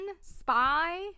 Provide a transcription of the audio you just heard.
spy